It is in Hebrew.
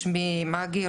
שמי מגי,